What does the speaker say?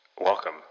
Welcome